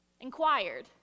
inquired